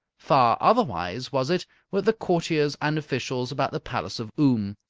far otherwise was it with the courtiers and officials about the palace of oom.